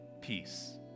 peace